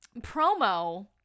promo